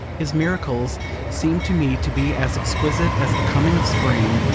his miracles seem to me to be as exquisite as the coming of spring,